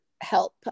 help